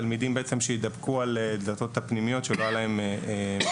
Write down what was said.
תלמידים שיתדפקו על דלתות הפנימיות שלא היה להם מקום.